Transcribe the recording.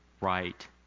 right